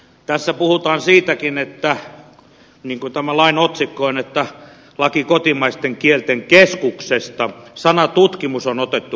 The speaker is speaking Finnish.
tässä puhutaan siitäkin niin kuin tämän lain otsikko on laki kotimaisten kielten keskuksesta että sana tutkimus on otettu pois